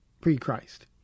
Pre-Christ